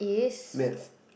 maths